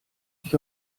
sich